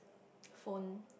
phone